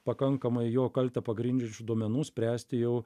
pakankamai jo kaltę pagrindžiančių duomenų spręsti jau